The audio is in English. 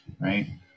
right